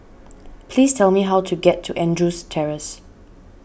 please tell me how to get to Andrews Terrace